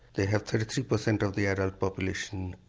they have thirty three percent of the adult population,